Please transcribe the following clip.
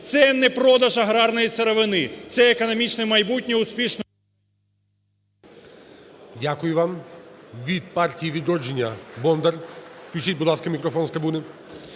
Це не продаж аграрної сировини, це економічне майбутнє… ГОЛОВУЮЧИЙ. Дякую вам. Від "Партії "Відродження" Бондар. Включіть, будь ласка, мікрофон з трибуни.